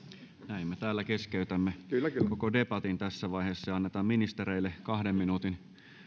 me täällä keskeytämme koko debatin tässä vaiheessa annetaan ministereille kahden minuutin